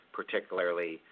particularly